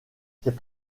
cette